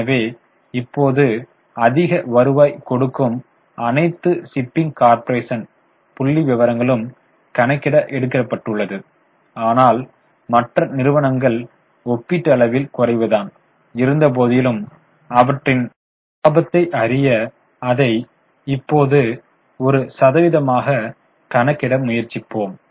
எனவே இப்போது அதிக வருவாய் கொடுக்கும் அனைத்து ஷிப்பிங் கார்ப்பரேஷன் புள்ளிவிவரங்களும் கணக்கிட எடுக்கப்பட்டுள்ளது ஆனால் மற்ற நிறுவனங்கள் ஒப்பீட்டளவில் குறைவுதான் இருந்தபோதிலும் அவற்றின் லாபத்தை அறிய அதை இப்போது ஒரு சதவீதமாகக் கணக்கிட முயற்சிப்போம்